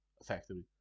Effectively